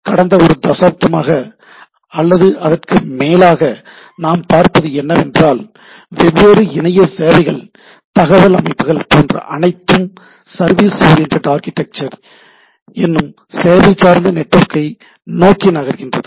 கடந்த ஒரு தசாப்தமாக அல்லது அதற்கு மேலாக நாம் பார்ப்பது என்னவென்றால் வெவ்வேறு இணைய சேவைகள் தகவல் அமைப்புகள் போன்ற அனைத்தும் சர்வீஸ் ஓரியண்டட் ஆர்க்கிடெக்சர் என்னும் சேவை சார்ந்த நெட்வொர்க்கை நோக்கி நகர்கின்றன